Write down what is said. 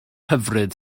hyfryd